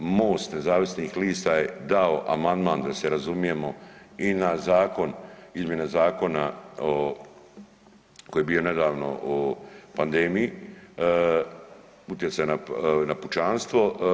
MOST nezavisnih lista je dao amandman da se razumijemo i na zakon izmjene zakona koji je bio nedavno o pandemiji, utjecaj na pučanstvo.